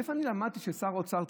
מאיפה אני למדתי ששר האוצר,